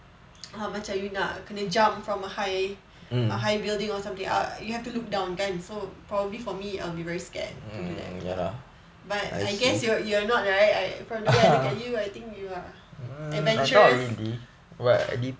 macam you nak kena jump from a high a high building or something err you have to look down kan so probably for me I'll be very scared to do that but I guess you are you're not right from the way I look at you I think you are adventurous